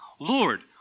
Lord